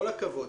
כל הכבוד.